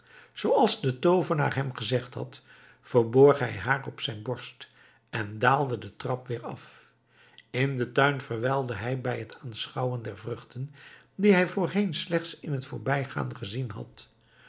zooals de toovenaar hem gezegd had verborg hij haar op zijn borst en daalde den trap weer af in den tuin verwijlde hij bij t aanschouwen der vruchten die hij voorheen slechts in t voorbijgaan gezien had